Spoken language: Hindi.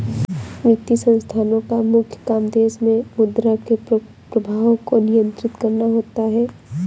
वित्तीय संस्थानोँ का मुख्य काम देश मे मुद्रा के प्रवाह को नियंत्रित करना होता है